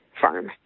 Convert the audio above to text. farm